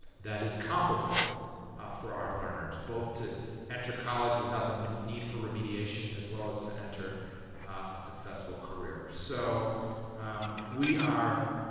that is comparable for our learners both to enter college without the need for remediation, as well as to enter a successful career. so we are